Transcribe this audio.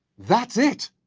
that's it.